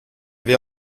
wir